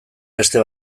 beste